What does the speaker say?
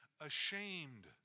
ashamed